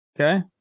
Okay